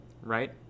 Right